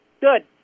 Good